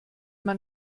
man